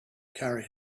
carry